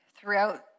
throughout